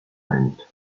trent